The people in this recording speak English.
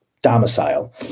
Domicile